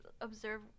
observe